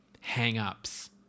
hang-ups